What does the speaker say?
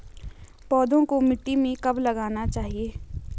पौधों को मिट्टी में कब लगाना चाहिए?